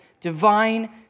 divine